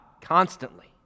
constantly